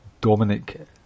Dominic